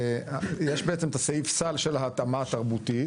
יש בעצם את סעיף הסל של התאמה תרבותית